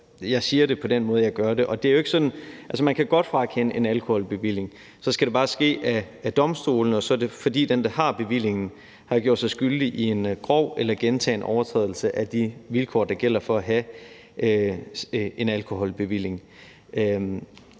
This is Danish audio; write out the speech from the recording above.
jeg siger det på den måde, jeg gør. Altså, man kan godt frakende en alkoholbevilling, men så skal det bare ske ved domstolene, og så er det, fordi den, der har bevillingen, har gjort sig skyldig i en grov eller gentagen overtrædelse af de vilkår, der gælder for at have en alkoholbevilling.